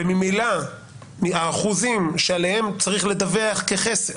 וממילא האחוזים שעליהם צריך לדווח כחסר,